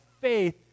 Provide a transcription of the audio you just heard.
faith